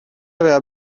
aveva